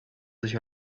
sich